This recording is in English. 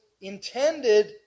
intended